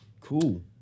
cool